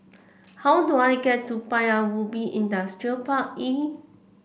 how do I get to Paya Ubi Industrial Park E